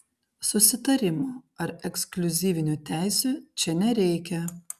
susitarimų ar ekskliuzyvinių teisių čia nereikia